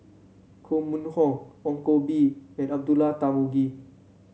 Koh Mun Hong Ong Koh Bee and Abdullah Tarmugi